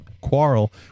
quarrel